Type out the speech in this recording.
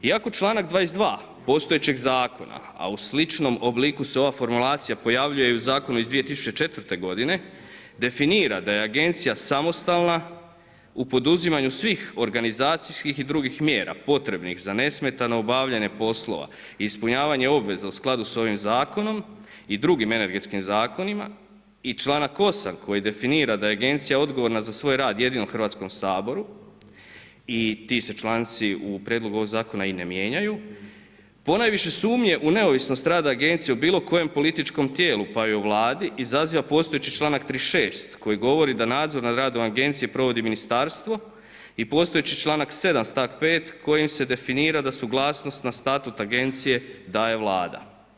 Iako članak 22. postojećeg zakona a u sličnom obliku se ova formulacija pojavljuje i u zakonu iz 2004. g., definira da je agencija samostalna u poduzimanju svih organizacijskih i drugih mjera potrebnih za nesmetano obavljanje poslova, ispunjavanje obveza u skladu s ovim zakonom i drugim energetskim zakonima, i članak 8. koji definira da je agencija odgovorna za svoj rad jedino Hrvatskom saboru, i ti su članci u prijedlogu ovog zakona i ne mijenjaju, ponajviše sumnje u neovisnost rada agencije u bilokojem političkom tijelu pa i u Vladi, izaziva postojeći članak 36. koji govori da nadzor nad radom agencije provodi ministarstvo i postojeći članak 7. stavak 5. kojim se definira da suglasnost na statut agencije daje Vlada.